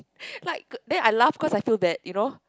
like a then I laugh cause I feel that you know